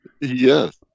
Yes